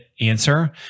Answer